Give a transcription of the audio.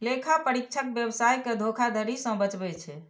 लेखा परीक्षक व्यवसाय कें धोखाधड़ी सं बचबै छै